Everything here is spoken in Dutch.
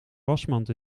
wasmand